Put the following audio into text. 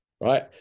Right